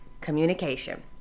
communication